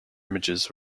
images